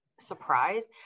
surprised